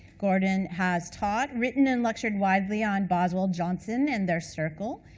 gordon has taught, written, and lectured widely on boswell, johnson, and their circles.